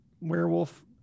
werewolf